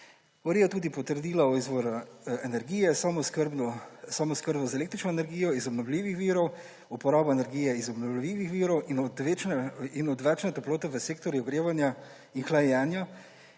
Ureja tudi potrdila o izvoru energije, samooskrbnost z električno energijo iz obnovljivih virov, uporabo energije iz obnovljivih virov in odvečne toplote v sektorju ogrevanja in hlajenja